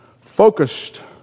focused